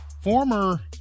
former